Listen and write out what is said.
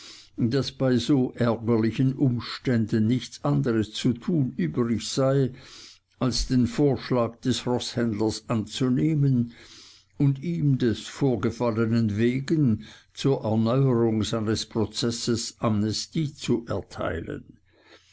daß bei so ärgerlichen umständen nichts anderes zu tun übrig sei als den vorschlag des roßhändlers anzunehmen und ihm des vorgefallenen wegen zur erneuerung seines prozesses amnestie zu erteilen